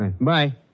Bye